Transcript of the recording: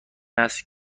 است